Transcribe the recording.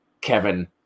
Kevin